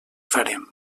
farem